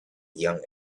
young